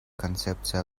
концепции